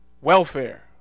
welfare